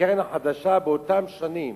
והקרן החדשה באותן שנים